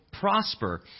prosper